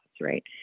right